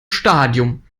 stadium